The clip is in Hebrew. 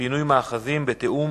שפה בכוכב-השחר מתעכב